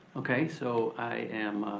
okay, so i am